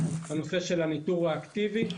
הנושא של הניטור האקטיבי,